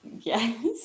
yes